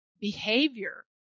behavior